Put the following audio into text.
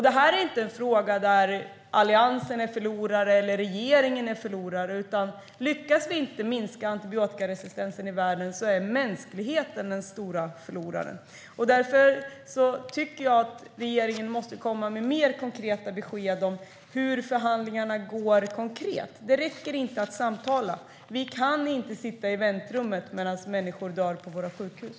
Detta är inte en fråga där Alliansen eller regeringen är förlorare, utan det är mänskligheten som blir den stora förloraren om vi inte lyckas minska antibiotikaresistensen i världen. Därför tycker jag att regeringen måste komma med mer konkreta besked om hur förhandlingarna går. Det räcker inte att samtala. Vi kan inte sitta i väntrummet medan människor dör på våra sjukhus.